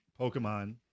Pokemon